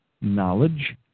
knowledge